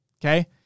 okay